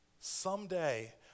Someday